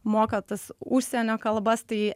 moka tas užsienio kalbas tai